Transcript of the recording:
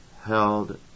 held